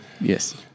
Yes